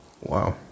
Wow